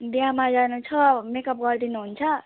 बिहामा जानु छ मेकअप गरिदिनुहुन्छ